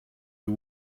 you